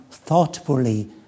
Thoughtfully